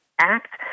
Act